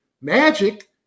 Magic